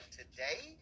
today